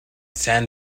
san